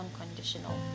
unconditional